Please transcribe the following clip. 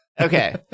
Okay